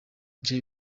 jay